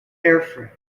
airframe